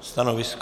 Stanovisko?